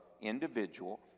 individual